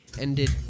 ended